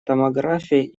томографией